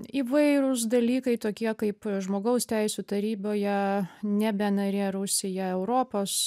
įvairūs dalykai tokie kaip žmogaus teisių taryboje nebe narė rusija europos